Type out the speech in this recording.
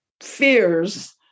fears